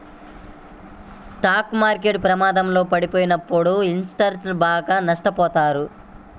stock market ప్రమాదంలో పడినప్పుడు ఇన్వెస్టర్లు బాగా నష్టపోతారు